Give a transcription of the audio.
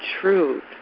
truth